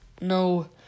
no